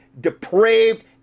depraved